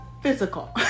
physical